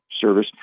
service